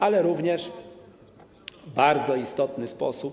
Ale również w bardzo istotny sposób.